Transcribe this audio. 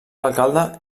alcalde